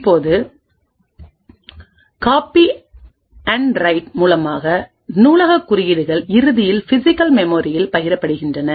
இப்போது copy and write மூலமாக நூலகக் குறியீடுகள் இறுதியில் பிசிகல் மெமோரியில் பகிரப்படுகின்றன